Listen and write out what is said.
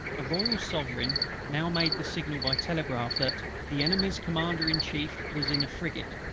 the royal sovereign now made the signal by telegraph, that the enemy's commander in chief was in a frigate.